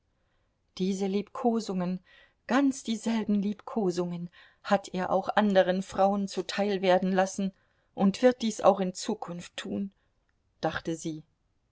diese liebkosungen ganz dieselben liebkosungen hat er auch anderen frauen zuteil werden lassen und wird dies auch in zukunft tun dachte sie